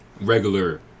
Regular